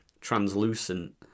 translucent